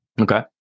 Okay